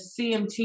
CMT